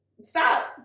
stop